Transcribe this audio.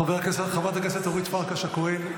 חברת הכנסת אורית פרקש הכהן,